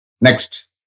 Next